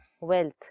wealth